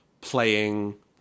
playing